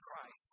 Christ